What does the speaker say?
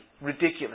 ridiculous